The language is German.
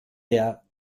der